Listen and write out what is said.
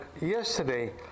yesterday